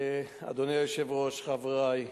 אדוני היושב-ראש, חברי,